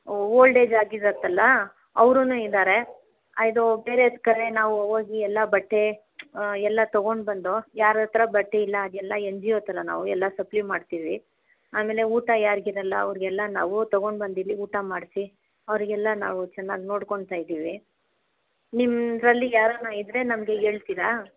old age ಆಗಿರುತ್ತಲ್ಲ ಅವರೂನು ಇದ್ದಾರೆ ಅದು ಬೇರೆ ಕಡೆ ನಾವು ಹೋಗಿ ಎಲ್ಲ ಬಟ್ಟೆ ಎಲ್ಲ ತೊಗೊಂಡ್ಬಂದು ಯಾರು ಹತ್ತಿರ ಬಟ್ಟೆ ಇಲ್ಲ ಅದೆಲ್ಲ ಎನ್ ಜಿ ಯೋತ್ತಲ್ಲ ನಾವು ಎಲ್ಲ ಸಪ್ಲೀ ಮಾಡ್ತೀವಿ ಆಮೇಲೆ ಊಟ ಯಾರಿಗಿರಲ್ಲ ಅವ್ರಿಗೆಲ್ಲ ನಾವು ತೊಗೊಂಡ್ಬಂದು ಇಲ್ಲಿ ಊಟ ಮಾಡಿಸಿ ಅವ್ರಿಗೆಲ್ಲ ನಾವು ಚೆನ್ನಾಗಿ ನೋಡ್ಕೊಳ್ತಾಯಿದ್ದೀವಿ ನಿಮ್ಮದ್ರಲ್ಲಿ ಯಾರಾದ್ರೂ ಇದ್ದರೆ ನಮಗೆ ಹೇಳ್ತೀರಾ